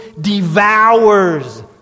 devours